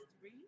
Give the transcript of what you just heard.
three